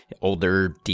older